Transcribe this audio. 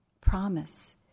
promise